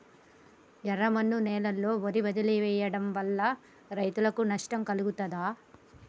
ఎర్రమన్ను నేలలో వరి వదిలివేయడం వల్ల రైతులకు నష్టం కలుగుతదా?